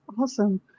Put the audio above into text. Awesome